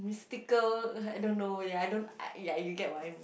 mystical I don't know ya I don't I ya you get what I mean